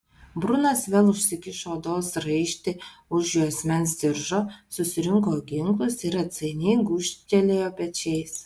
brunas vėl užsikišo odos raištį už juosmens diržo susirinko ginklus ir atsainiai gūžtelėjo pečiais